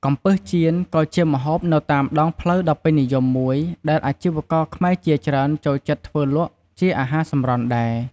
កំំពឹសចៀនក៏ជាម្ហូបនៅតាមដងផ្លូវដ៏ពេញនិយមមួយ ដែលអាជីករខ្មែរជាច្រើនចូលចិត្តធ្វើលក់ជាអាហារសម្រន់ដែរ។